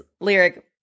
lyric